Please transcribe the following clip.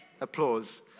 applause